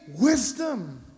wisdom